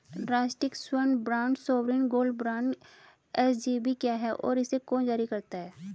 राष्ट्रिक स्वर्ण bond sovereign gold bond SGB क्या है और इसे कौन जारी करता है?